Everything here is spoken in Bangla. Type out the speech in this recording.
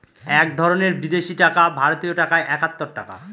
এক ধরনের বিদেশি টাকা ভারতীয় টাকায় একাত্তর টাকা